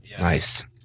nice